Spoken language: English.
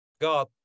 God